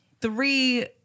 three